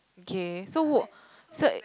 okay so w~ so